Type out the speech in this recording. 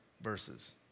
verses